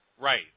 Right